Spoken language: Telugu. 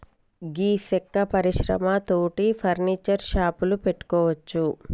గీ సెక్క పరిశ్రమ తోటి ఫర్నీచర్ షాపులు పెట్టుకోవచ్చు